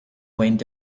went